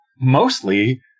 mostly